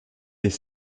des